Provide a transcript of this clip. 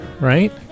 right